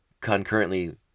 concurrently